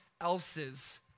else's